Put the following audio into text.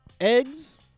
eggs